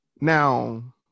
Now